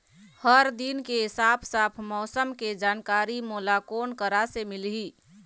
हर दिन के साफ साफ मौसम के जानकारी मोला कोन करा से मिलही?